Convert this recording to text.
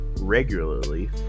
regularly